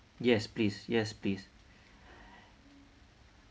yes please yes please